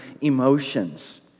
emotions